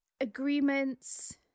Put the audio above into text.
agreements